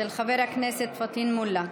של חבר הכנסת פטין מולא.